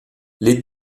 les